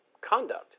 conduct